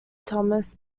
thomas